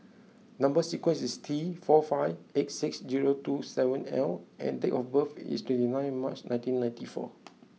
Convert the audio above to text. number sequence is T four five eight six zero two seven L and date of birth is twenty nine March nineteen ninety four